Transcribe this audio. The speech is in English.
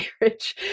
marriage